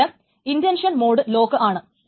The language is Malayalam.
പകരം ഇന്റൻഷൻ മോഡ് ലോക്ക് ആണ്